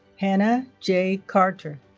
hannah j. carter